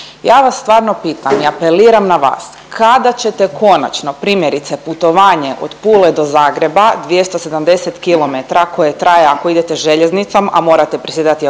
Ja vas stvarno pitam i apeliram na vas, kada ćete konačno primjerice putovanje od Pule do Zagreba 270km koje traje ako idete željeznicom, a morate presjedati autobusom